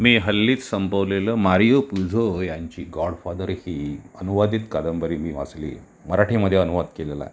मी हल्लीच संपवलेलं Mario Puzo यांची गॉडफादर ही अनुवादित कादंबरी मी वाचली मराठीमध्ये अनुवाद केलेला आहे